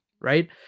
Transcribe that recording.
right